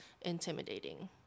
intimidating